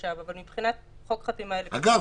עכשיו אבל מבחינת חוק חתימה אלקטרונית --- אגב,